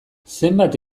zenbat